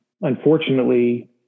unfortunately